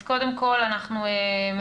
אז קודם כול אנחנו מבקשים